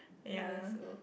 ya